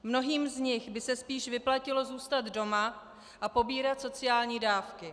Mnohým z nich by se spíše vyplatilo zůstat doma a pobírat sociální dávky.